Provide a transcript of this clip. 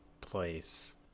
place